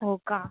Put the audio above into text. हो का